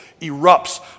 erupts